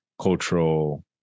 cultural